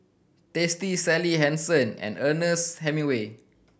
Tasty Sally Hansen and Ernest Hemingway